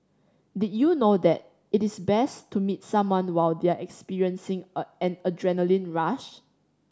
did you know that it is best to meet someone while they are experiencing a an adrenaline rush